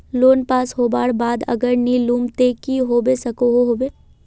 Loan pass होबार बाद अगर नी लुम ते की होबे सकोहो होबे?